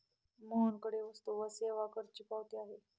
मोहनकडे वस्तू व सेवा करची पावती आहे